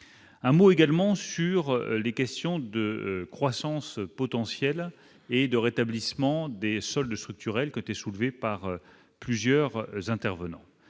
un mot également sur les questions de croissance potentielle et de rétablissement des soldes structurels côté soulevée par plusieurs intervenants,